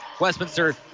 Westminster